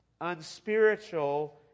unspiritual